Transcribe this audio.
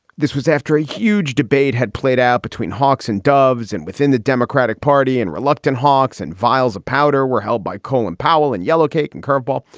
this was after a huge debate had played out between hawks and doves and within the democratic party and reluctant hawks and vials of powder were held by colin powell and yellowcake and curveball.